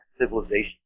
civilization